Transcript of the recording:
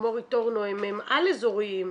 כמו רטורנו הם על אזוריים,